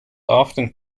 often